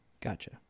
Gotcha